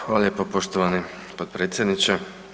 Hvala lijepo poštovani potpredsjedniče.